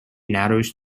narrows